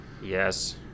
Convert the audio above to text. Yes